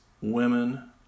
women